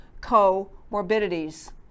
comorbidities